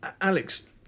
Alex